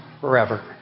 forever